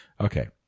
Okay